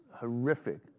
horrific